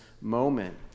moment